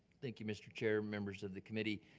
thank you, mr. chair, members of the committee.